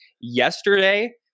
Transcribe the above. yesterday